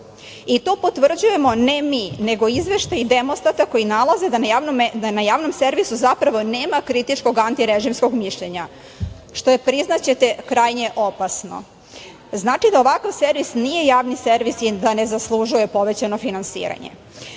i to potvrđujemo ne mi, nego izveštaji "Demostata" koji nalaze da na Javno servisu zapravo nema kritičkog antirežimskog mišljenja, što je, priznaćete, krajnje opasno. Znači da ovakav servis nije Javni servis i da ne zaslužuje povećano finansiranje. Takođe,